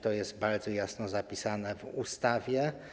To jest bardzo jasno zapisane w ustawie.